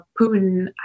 Putin